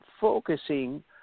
focusing